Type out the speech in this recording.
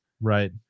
Right